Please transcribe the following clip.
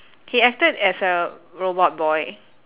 he acted as a robot boy